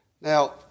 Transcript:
Now